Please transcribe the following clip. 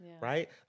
right